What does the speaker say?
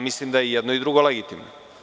Mislim da je jedno i drugo legitimno.